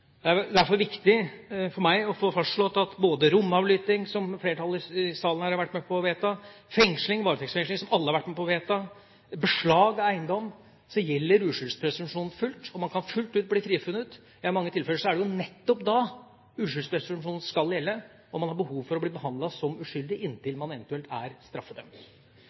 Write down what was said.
Det er derfor viktig for meg å få fastslått at ved både romavlytting, som flertallet i salen her har vært med på å vedta, varetektsfengsling, som alle har vært med på å vedta, og beslag av eiendom gjelder uskyldspresumpsjonen fullt, og man kan fullt ut bli frifunnet. Ja, i mange tilfeller er det jo nettopp da uskyldspresumpsjonen skal gjelde, og man har behov for å bli behandlet som uskyldig inntil man eventuelt er straffedømt.